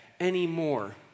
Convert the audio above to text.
anymore